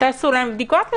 תעשו להם בדיקות.